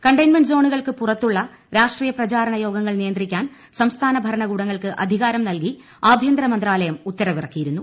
containment സൊണുകൾക്ക് പുറത്തുള്ള രാഷ്ട്രീയ പ്രചാരണ യോഗങ്ങൾ നിയന്ത്രിക്കാൻ സംസ്ഥാന ഭരണകൂടങ്ങൾക്ക് അധികാരം നൽകി ആഭ്യന്തരമന്ത്രാലയം ഉത്തരവിറക്കിയിരുന്നു